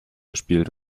gespielt